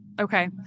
Okay